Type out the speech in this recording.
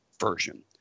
version